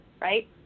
right